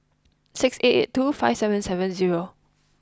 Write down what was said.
six eight eight two five seven seven zero